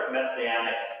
Messianic